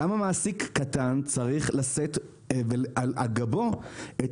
למה מעסיק קטן צריך לשאת על גבו את